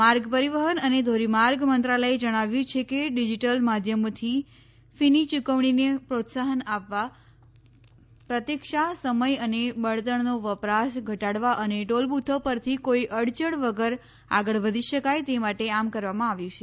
માર્ગ પરીવહન અને ધોરીમાર્ગ મંત્રાલયે જણાવ્યું છે કે ડીજીટલ માધ્યમોથી ફીની યુકવણીને પ્રોત્સાહન આપવા પ્રતિક્ષા સમય અને બળતણનો વપરાશ ઘટાડવા અને ટોલ બુથો પરથી કોઇ અડચણ વગર આગળ વધી શકાય તે માટે આમ કરવામાં આવ્યું છે